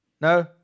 No